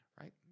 right